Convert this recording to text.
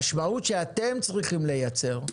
המשמעות שאתם צריכים ליצר,